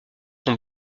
son